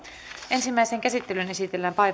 ensimmäiseen käsittelyyn esitellään